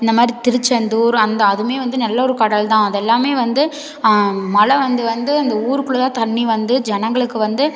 இந்த மாதிரி திருச்செந்தூர் அந்த அதுவுமே வந்து நல்ல ஒரு கடல் தான் அதெல்லாமே வந்து மழை வந்து வந்து இந்த ஊருக்குள்ள தான் தண்ணி வந்து ஜனங்களுக்கு வந்து